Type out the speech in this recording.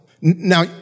Now